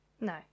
No